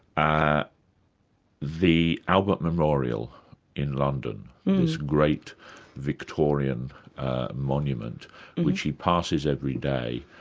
ah the albert memorial in london, this great victorian monument which he passes every day,